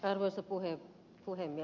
arvoisa puhemies